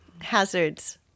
hazards